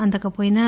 అందకపోయినా